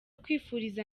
kwifuriza